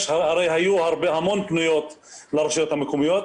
הרי היו המון פניות לרשויות המקומיות.